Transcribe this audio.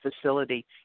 facility